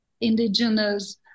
indigenous